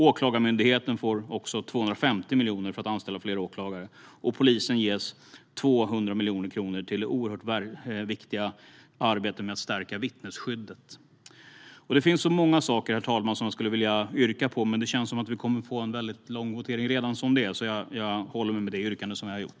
Åklagarmyndigheten får 250 miljoner för att anställa fler åklagare. Polisen ges 200 miljoner kronor till det oerhört viktiga arbetet med att stärka vittnesskyddet. Det finns många saker, herr talman, som jag skulle vilja yrka på. Men det känns som att vi kommer att få en väldigt lång votering redan som det är, så jag håller mig till det yrkande som jag har gjort.